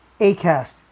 Acast